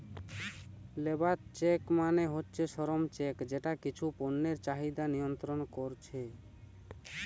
labour check মানে হচ্ছে শ্রম চেক যেটা কিছু পণ্যের চাহিদা নিয়ন্ত্রণ কোরছে